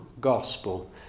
gospel